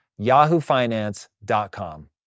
yahoofinance.com